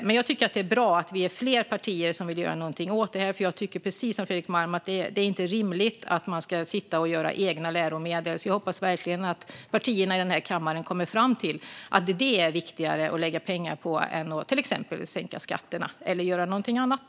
Men jag tycker att det är bra att vi är fler partier som vill göra någonting åt det här, för jag tycker precis som Fredrik Malm att det inte är rimligt att man ska sitta och göra egna läromedel. Jag hoppas därför verkligen att partierna i den här kammaren kommer fram till att detta är viktigare att lägga pengar på än till exempel på sänkta skatter eller någonting annat.